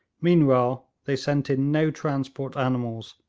meanwhile they sent in no transport animals,